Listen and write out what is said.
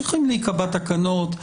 צריכים להיקבע תקנות.